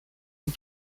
and